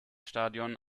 stadion